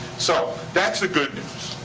so that's the good news,